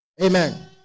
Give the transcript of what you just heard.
Amen